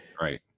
right